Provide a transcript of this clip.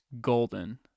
golden